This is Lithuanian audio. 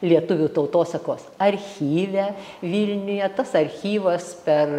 lietuvių tautosakos archyve vilniuje tas archyvas per